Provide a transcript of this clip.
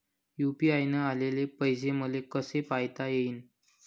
UPI न आलेले पैसे मले कसे पायता येईन?